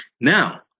Now